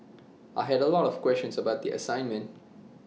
I had A lot of questions about the assignment